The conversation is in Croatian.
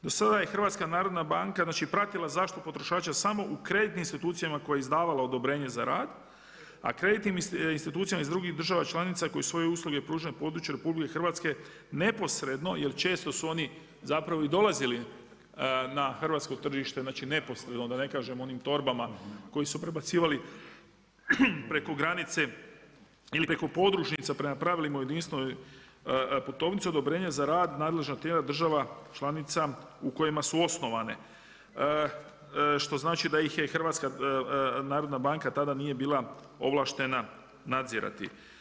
Do sada je HNB pratila zaštitu potrošača samo u kreditnim institucijama koje je izdavalo odobrenje za rad, a kreditnim institucijama iz drugih država članica koje svoje usluge pružaju na području RH neposredno jel često su oni i dolazili na hrvatsko tržište, neposredno da ne kažem o onim torbama koje su prebacivali preko granice ili preko podružnica prema pravilima o jedinstvenoj putovnici odobrenje za rad nadležna tijela država članica u kojima su osnovane, što znači da HNB tada nije bila ovlaštena nadzirati.